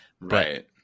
right